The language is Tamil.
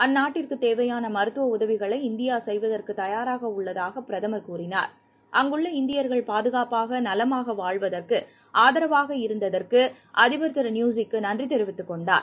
அந்நாட்டிற்குத் தேவைப்படும் மருத்துவ உதவிகளை இந்தியா செய்வதற்கு தயாராக உள்ளதாக பிரதமர் கூறினார் அங்குள்ள இந்தியர்கள் பாதுகாப்பாக நலமாக வாழ்வதற்கு ஆதரவாக இருந்ததற்கு அதிபர் திரு ந்யூசிக்கு நன்றி தெரிவித்துக் கொண்டார்